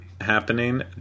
happening